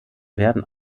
werden